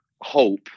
hope